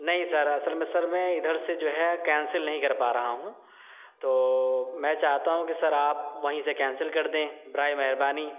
نہیں سر اصل میں سر میں ادھر سے جو ہے کینسل نہیں کر پا رہا ہوں تو میں چاہتا ہوں کہ سر آپ وہیں سے کینسل کر دیں برائے مہربانی